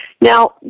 Now